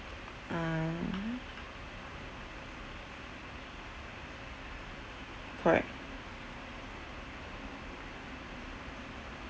uhm correct